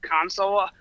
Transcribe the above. console